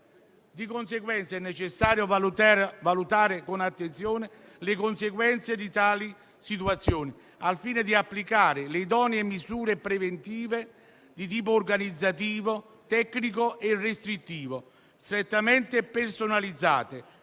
È pertanto necessario valutare con attenzione le conseguenze di tali situazioni al fine di applicare le idonee misure preventive di tipo organizzativo, tecnico e restrittivo, strettamente personalizzate,